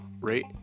rate